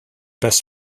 best